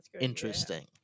interesting